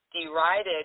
derided